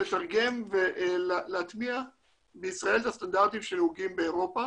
ל- -- ולהטמיע בישראל את הסטנדרטים שנהוגים באירופה